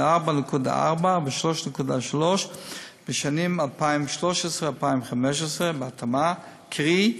ל-4.4 ו-3.3 בשנים 2013 2015. קרי,